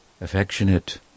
affectionate